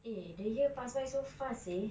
eh then you pass by so fast eh